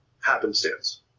happenstance